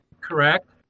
Correct